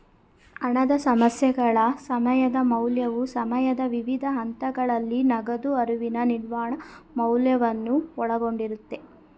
ಹಣದ ಸಮಸ್ಯೆಗಳ ಸಮಯದ ಮೌಲ್ಯವು ಸಮಯದ ವಿವಿಧ ಹಂತಗಳಲ್ಲಿ ನಗದು ಹರಿವಿನ ನಿವ್ವಳ ಮೌಲ್ಯವನ್ನು ಒಳಗೊಂಡಿರುತ್ತೆ